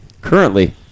Currently